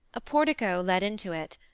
a portico led into it,